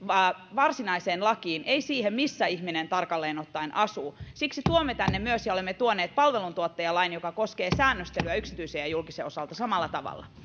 varsinaiseen lakiin ei siihen missä ihminen tarkalleen ottaen asuu siksi olemme tuoneet tänne myös palvelutuottajalain joka koskee säännöstelyä yksityisen ja julkisen osalta samalla tavalla